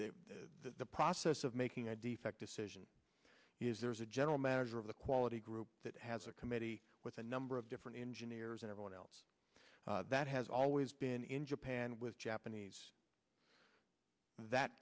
be the process of making a defect assertion is there is a general manager of the quality group that has a committee with a number of different engineers and everyone else that has always been in japan with japanese that